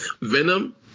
venom